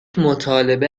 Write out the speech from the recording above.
مطالبه